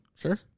Sure